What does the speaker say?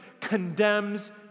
condemns